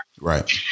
right